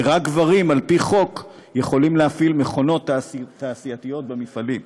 ורק גברים על פי חוק יכולים להפעיל מכונות תעשייתיות במפעלים,